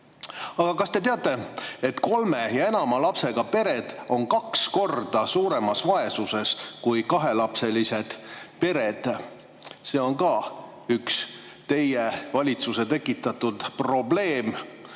kas te teate, et kolme ja enama lapsega pered on kaks korda suuremas vaesuses kui kahelapselised pered? See on ka üks teie valitsuse tekitatud probleem.